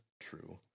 true